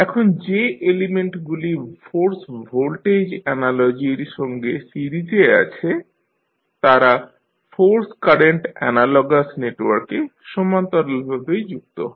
এখন যে এলিমেন্টগুলি ফোর্স ভোল্টেজ অ্যানালজির সঙ্গে সিরিজে আছে তারা ফোর্স কারেন্ট অ্যানালগাস নেটওয়ার্কে সমান্তরালভাবে যুক্ত হয়